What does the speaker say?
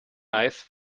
ice